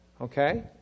Okay